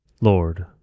Lord